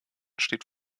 steht